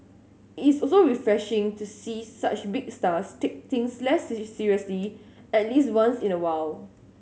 it is also refreshing to see such big stars take things less seriously at least once in a while